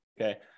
okay